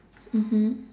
mmhmm